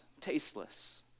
tasteless